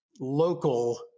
local